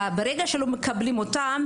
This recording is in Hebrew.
ברגע שלא מקבלים אותם,